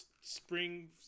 Spring